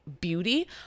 beauty